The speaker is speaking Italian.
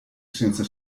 senza